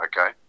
okay